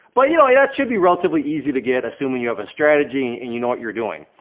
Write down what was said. but you know, that should be relatively easy to get, assuming you have a strategy, and you know what you're doing.